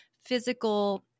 physical